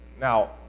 Now